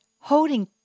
holding